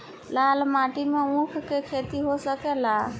लाल माटी मे ऊँख के खेती हो सकेला?